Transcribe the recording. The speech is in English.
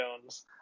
Jones